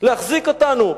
להחזיק אותנו.